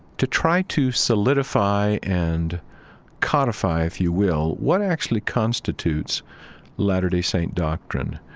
to try to solidify and codify, if you will, what actually constitutes latter-day saint doctrine.